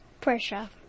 Pressure